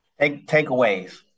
Takeaways